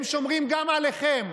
הם שומרים גם עליכם.